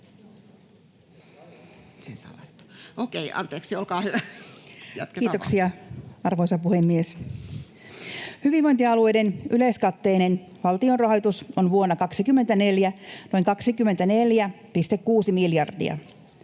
Kiitoksia, arvoisa puhemies! Hyvinvointialueiden yleiskatteinen valtionrahoitus on vuonna 2024 noin 24,6 miljardia,